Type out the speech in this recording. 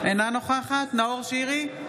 אינה נוכחת נאור שירי,